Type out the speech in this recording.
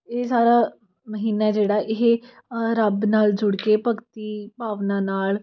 ਇਹ ਸਾਰਾ ਮਹੀਨਾ ਹੈ ਜਿਹੜਾ ਇਹ ਰੱਬ ਨਾਲ ਜੁੜ ਕੇ ਭਗਤੀ ਭਾਵਨਾ ਨਾਲ